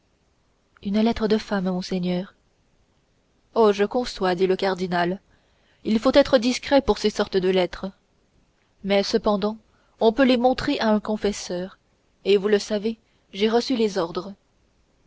une lettre de femme monseigneur oh je conçois dit le cardinal il faut être discret pour ces sortes de lettres mais cependant on peut les montrer à un confesseur et vous le savez j'ai reçu les ordres